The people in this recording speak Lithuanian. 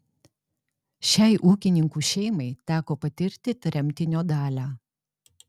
šiai ūkininkų šeimai teko patirti tremtinio dalią